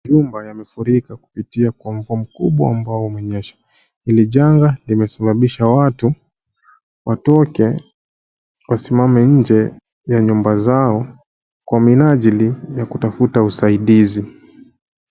Jumba yamefurika kupitia kwa mvua kubwa ambao umenyesha. Hili janga limesababisha watu, watoke wasimame nje ya nyumba zao kwa minajili ya kutafuta usaidizi.